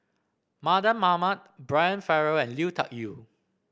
Mardan Mamat Brian Farrell and Lui Tuck Yew